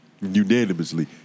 unanimously